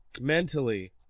mentally